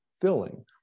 filling